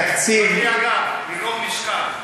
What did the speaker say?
כואב לי הגב מרוב משקל.